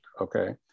okay